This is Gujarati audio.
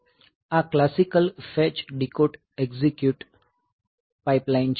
આ classical fetch decode execute pipeline છે